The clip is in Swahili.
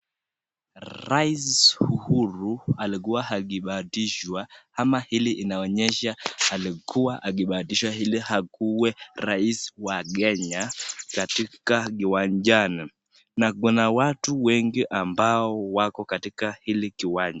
Raisi Uhuru alikuwa akibatizwa ama hili inaonyesha alikuwa akibatizwa ili akuwe rais wa Kenya katika kiwanjani na kuna watu wengi ambao wako katika hili kiwanja.